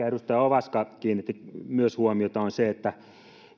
edustaja ovaska kiinnitti myös huomiota on se